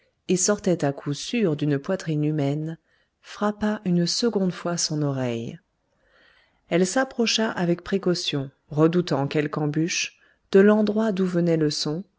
et sortait à coup sûr d'une poitrine humaine frappa une seconde fois son oreille elle s'approcha avec précaution redoutant quelque embûche de l'endroit d'où venait le son